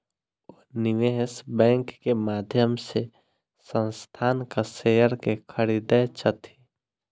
ओ निवेश बैंक के माध्यम से संस्थानक शेयर के खरीदै छथि